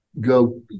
go